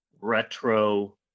retro